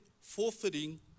forfeiting